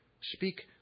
Speak